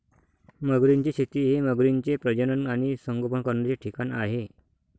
मगरींची शेती हे मगरींचे प्रजनन आणि संगोपन करण्याचे ठिकाण आहे